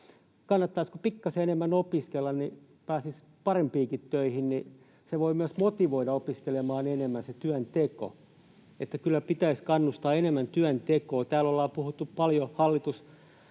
kannattaisiko pikkasen enemmän opiskella, niin pääsisi parempiinkin töihin, eli se työnteko voi myös motivoida opiskelemaan enemmän. Että kyllä pitäisi kannustaa enemmän työntekoon. Täällä ollaan puhuttu paljon hallitusohjelmasta,